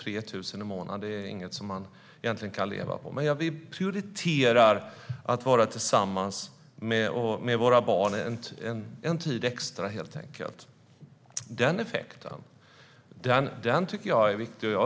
3 000 i månaden är inget som man egentligen kan leva på, men vissa prioriterar helt enkelt att vara tillsammans med sina barn en extra tid. Den effekten tycker jag är viktig.